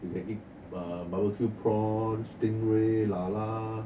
you can eat barbecue prawn stingray lala